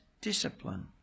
discipline